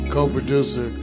Co-producer